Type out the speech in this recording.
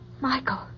Michael